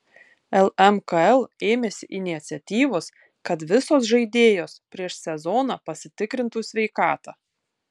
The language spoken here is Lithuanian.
lmkl ėmėsi iniciatyvos kad visos žaidėjos prieš sezoną pasitikrintų sveikatą